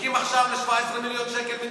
זקוקים עכשיו ל-17 מיליון שקל,